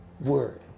word